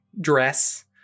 dress